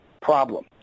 problem